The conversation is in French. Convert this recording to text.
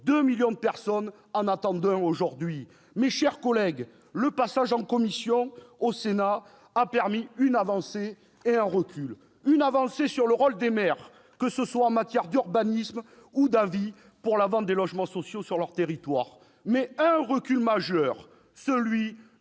2 millions de personnes en attendent un aujourd'hui ! Mes chers collègues, le passage en commission au Sénat du projet de loi a permis une avancée et donné lieu à un recul : une avancée sur le rôle des maires, que ce soit en matière d'urbanisme ou d'avis pour la vente des logements sociaux sur leur territoire ; mais un recul majeur, celui du détricotage